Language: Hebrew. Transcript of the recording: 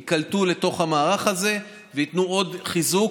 ייקלטו לתוך המערך הזה וייתנו עוד חיזוק.